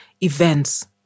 events